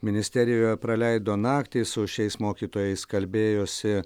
ministerijoje praleido naktį su šiais mokytojais kalbėjosi